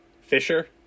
Fisher